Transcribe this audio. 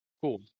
Cool